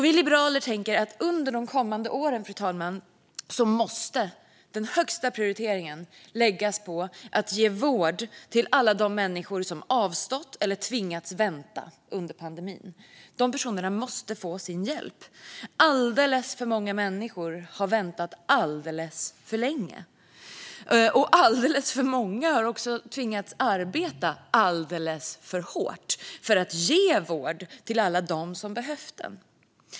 Vi liberaler tänker att under de kommande åren måste den högsta prioriteringen läggas på att ge vård till alla de människor som har avstått eller tvingats vänta under pandemin. De personerna måste få sin hjälp. Alldeles för många människor har väntat alldeles för länge. Alldeles för många har också tvingats arbeta alldeles för hårt för att ge vård till alla dem som behövt den.